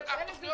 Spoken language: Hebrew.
באמת.